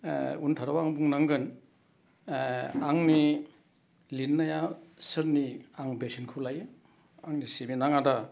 उनथाराव आं बुंनांगोन आंनि लिरनाया सोरनि आं बेसेनखौ लायो आंनि सिबिनां आदा